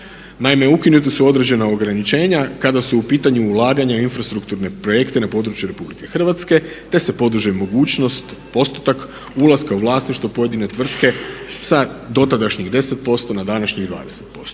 naime, ukinuta su određena ograničenja kada su u pitanju ulaganja u infrastrukturne projekte na području RH te se podiže mogućnosti, postotak ulaska u vlasništvo pojedine tvrtke sa dotadašnjih deset posto na današnjih